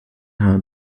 how